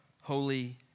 holy